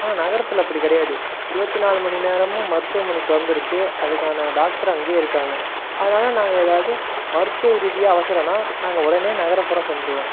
ஆனால் நகரத்தில் அப்படி கிடையாது இருபத்தி நாலு மணிநேரமும் மருத்துவமனை திறந்துருக்கு அதுக்கான டாக்டரு அங்கேயே இருக்காங்க அதனால நாங்கள் எதாவது மருத்துவ ரீதியாக அவசரம்னா நாங்கள் உடனே நகர்ப்புறம் சென்றுடுவோம்